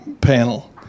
panel